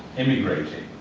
integrating.